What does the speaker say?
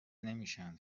نمیشن